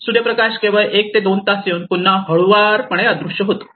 सूर्यप्रकाश केवळ एक ते दोन तास येऊन पुन्हा हळुवारपणे अदृश्य होतो